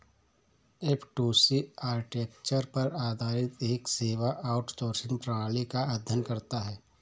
F two C architecture पर आधारित एक सेवा आउटसोर्सिंग प्रणाली का अध्ययन करता है